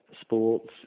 sports